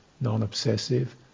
non-obsessive